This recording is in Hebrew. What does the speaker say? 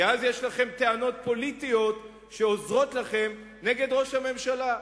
כי אז יש להם טענות פוליטיות שעוזרות לכם נגד ראש הממשלה.